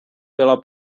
byla